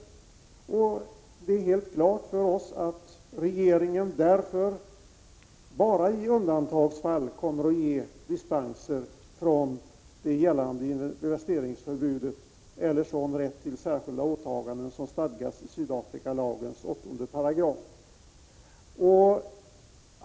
För oss är det helt klart att regeringen därför bara i undantagsfall skall ge dispenser från det gällande investeringsförbudet eller sådan rätt till särskilda åtaganden som stadgas i Sydafrikalagens 8 §.